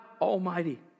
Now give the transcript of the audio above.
Almighty